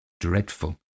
dreadful